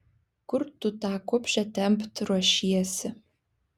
kur tu tą kupšę tempt ruošiesi